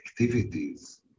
activities